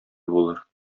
булыр